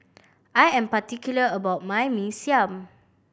I am particular about my Mee Siam